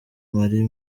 marie